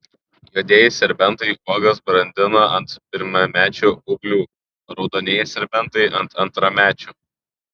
juodieji serbentai uogas brandina ant pirmamečių ūglių o raudonieji serbentai ant antramečių